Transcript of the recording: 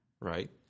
right